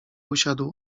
usiadł